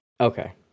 Okay